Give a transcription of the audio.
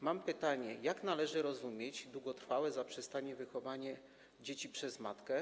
Mam pytanie: Jak należy rozumieć długotrwałe zaprzestanie wychowywania dzieci przez matkę?